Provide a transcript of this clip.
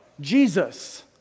Jesus